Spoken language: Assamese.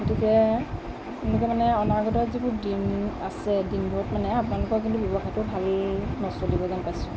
গতিকে এনেকুৱা মানে অনাগত যিবোৰ দিন আছে দিনবোৰত মানে আপোনালোকৰ কিন্তু ব্যৱসায়টো ভাল নচলিব যেন পাইছোঁ